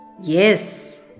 Yes